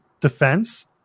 defense